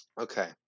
Okay